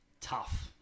tough